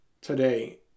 today